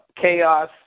chaos